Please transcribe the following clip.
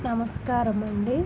నమస్కారం అండి